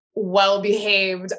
well-behaved